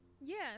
Yes